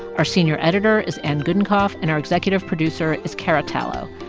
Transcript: our senior editor is anne gudenkauf, and our executive producer is cara tallo.